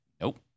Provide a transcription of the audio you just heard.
Nope